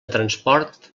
transport